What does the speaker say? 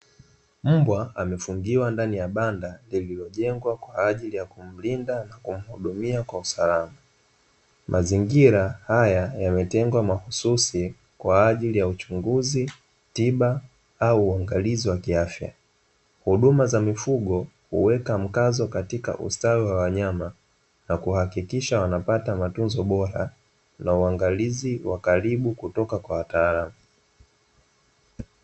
Mbwa amefungiwa ndani ya banda lililojengwa kwa ajili ya kumlinda na kumuhudumia kwa usalama, mazingira haya yametengwa mahususi kwa ajili ya uchunguzi tiba au uangalizi wa kiafya, huduma za mifugo huweka mkazo katika ustawi wa wanyama na kuhakikisha wanapata matunzo bora na uangalizi wa karibu kutoka kwa wataalamu.